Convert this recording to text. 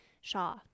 Shaw